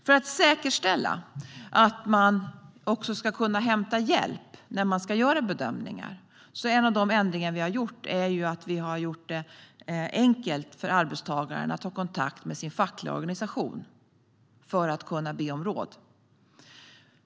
För att säkerställa att människor ska kunna inhämta hjälp för att göra bedömningar är en av de ändringar vi har genomfört att göra det enkelt för arbetstagaren att ta kontakt med sin fackliga organisation för att be om råd.